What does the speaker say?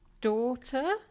daughter